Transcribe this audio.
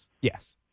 yes